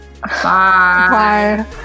Bye